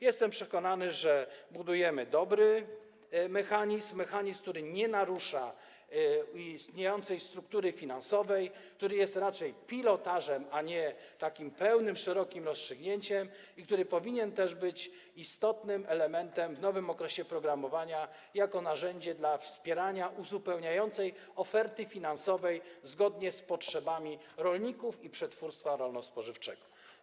Jestem przekonany, że budujemy dobry mechanizm, który nie narusza istniejącej struktury finansowej, jest raczej pilotażem, a nie pełnym, szerokim rozstrzygnięciem, który powinien być istotnym elementem w nowym okresie programowania jako narzędzie służące do wspierania uzupełniającej oferty finansowej zgodnie z potrzebami rolników i przetwórstwa rolno-spożywczego.